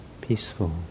peaceful